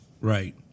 Right